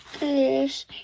Yes